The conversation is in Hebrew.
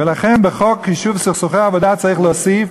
ולכן בחוק יישוב סכסוכי עבודה צריך להוסיף: